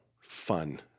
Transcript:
fun